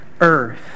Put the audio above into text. earth